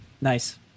nice